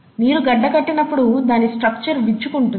నీరు గడ్డ కట్టినప్పుడు దాని స్ట్రక్చర్ విచ్చుకుంటుంది